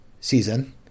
season